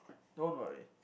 don't worry